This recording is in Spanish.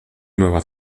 nueva